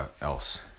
else